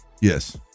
Yes